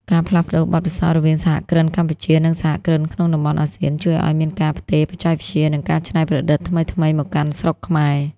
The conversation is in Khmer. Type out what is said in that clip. ការផ្លាស់ប្តូរបទពិសោធន៍រវាងសហគ្រិនកម្ពុជា និងសហគ្រិនក្នុងតំបន់អាស៊ាន ជួយឱ្យមានការផ្ទេរបច្ចេកវិទ្យា និងការច្នៃប្រឌិតថ្មីៗមកកាន់ស្រុកខ្មែរ។